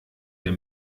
der